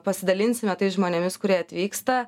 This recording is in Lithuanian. pasidalinsime tais žmonėmis kurie atvyksta